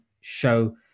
show